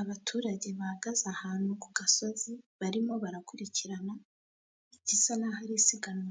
Abaturage bahagaze ahantu ku gasozi barimo barakurikirana igisa n'aho ari isiganwa